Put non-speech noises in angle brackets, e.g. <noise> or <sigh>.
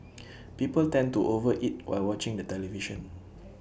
<noise> people tend to over eat while watching the television